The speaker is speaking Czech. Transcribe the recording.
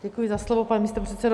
Děkuji za slovo, pane místopředsedo.